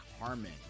Harmon